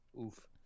Oof